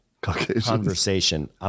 conversation